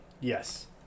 Yes